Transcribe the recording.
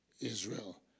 Israel